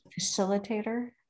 facilitator